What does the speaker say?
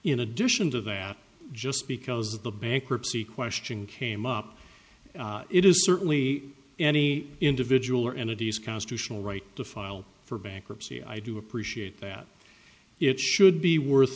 in addition to that just because the bankruptcy question came up it is certainly any individual or entities constitutional right to file for bankruptcy i do appreciate that it should be worth